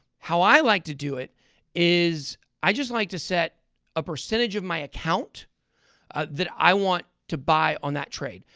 how i like to do it is i just like to set a percentage of my account that i want to buy on that trade.